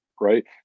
right